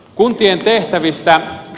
kuntien tehtävistä